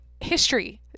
history